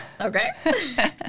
Okay